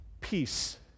peace